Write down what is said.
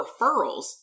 referrals